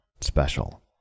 special